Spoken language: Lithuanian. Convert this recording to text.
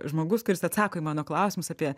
žmogus kuris atsako į mano klausimus apie